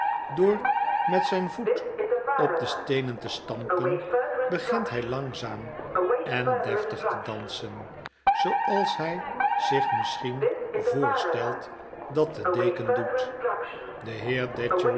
door met zijn voet op de steenen te stampen begint hij langzaam en deftig te dansen zooals hi zich misschien voorstelt dat de deken doet de